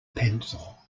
pencil